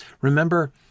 Remember